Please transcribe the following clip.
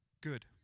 good